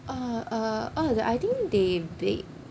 uh uh uh the I think they bake